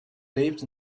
lebt